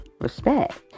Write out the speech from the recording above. respect